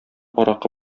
аракы